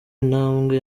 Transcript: intambwe